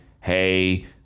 hey